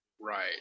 Right